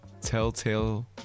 telltale